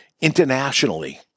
Internationally